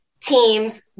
teams